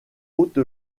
haute